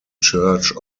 church